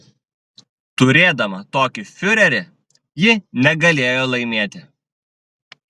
turėdama tokį fiurerį ji negalėjo laimėti